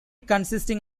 consisting